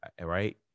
right